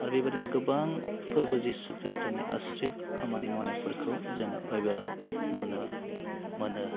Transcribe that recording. आरो बेबादिनो गोबां फोरबो जिशु खृष्ट'नि आसरिथ खामानि मावनायफोरखौ जोङो बाइबेलाव नुनो मोनो